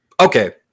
Okay